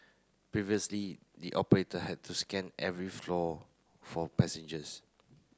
previously the operator had to scan every floor for passengers